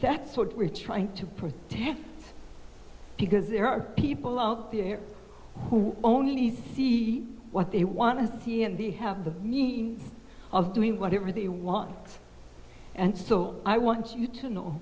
that's what we're trying to protect because there are people out there who only see what they want to see and they have the means of doing whatever they want and so i want you to know